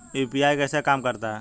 UPI कैसे काम करता है?